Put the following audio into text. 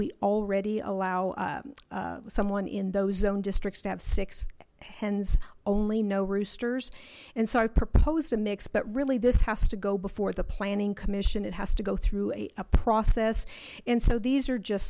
we already allow someone in those own districts to have six hens only no roosters and so i proposed a mix but really this has to go before the planning commission it has to go through a process and so these are just